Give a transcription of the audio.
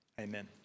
Amen